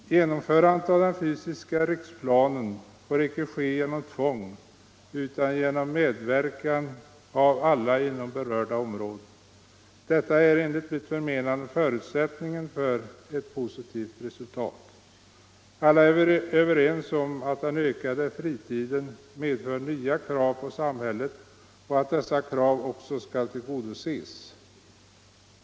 Genomförandet av den fysiska riksplanen får icke ske genom tvång utan genom medverkan av alla inom berörda områden. Detta är enligt mitt förmenande förutsättningen för ett positivt resultat. Alla är vi överens om att den ökade fritiden medför nya krav på samhället och att dessa krav också skall tillgodoses.